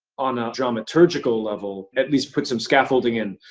on a dramaturgical level, at least put some scaffolding in.